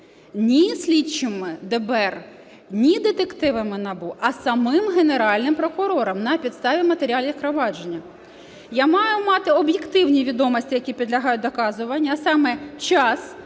не слідчими ДБР, не детективами НАБУ, а самим Генеральним прокурором, на підставі матеріалів провадження, я маю мати об'єктивні відомості, які підлягають доказуванню. А саме: час,